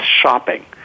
shopping